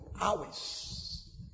hours